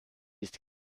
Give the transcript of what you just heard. ist